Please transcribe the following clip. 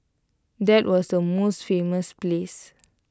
that was the most famous place